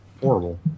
horrible